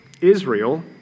Israel